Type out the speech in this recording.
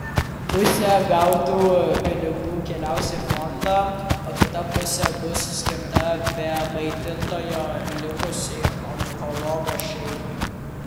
pusė gautų pinigų keliaus į fondą o kita pusė bus skirta be maitintojo likusiai onkologo šeimai